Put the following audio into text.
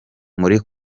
muri